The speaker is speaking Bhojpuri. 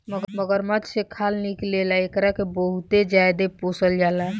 मगरमच्छ से खाल निकले ला एकरा के बहुते ज्यादे पोसल जाला